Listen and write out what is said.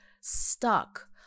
stuck